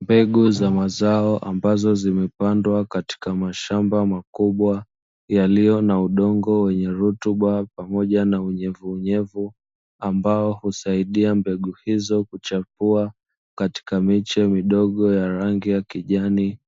Mbegu za mazao ambazo zimepandwa katika mashamba makubwa yaliyo na udongo wenye rutuba pamoja na unyevuunyevu, ambao husaidia mbegu hizo kuchepua katika miche midogo ya rangi ya kijani,